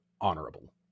honorable